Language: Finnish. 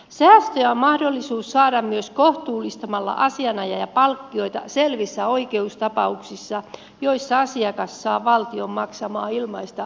säästöjä on mahdollisuus saada myös kohtuullistamalla asianajajapalkkioita selvissä oikeustapauksissa joissa asiakas saa valtion maksamaan ilmaista oikeusapua